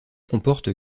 comporte